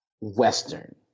Western